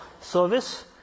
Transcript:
service